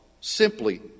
Simply